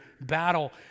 battle